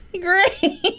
Great